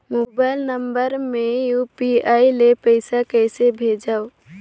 Mobile number मे UPI ले पइसा कइसे भेजवं?